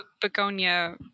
Begonia